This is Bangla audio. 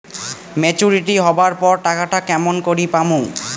মেচুরিটি হবার পর টাকাটা কেমন করি পামু?